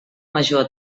major